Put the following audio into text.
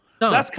no